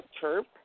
chirp